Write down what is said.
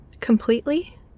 completely